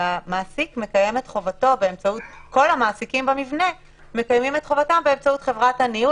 וכל המעסיקים במבנה מקיימים את חובתם באמצעות חברת הניהול.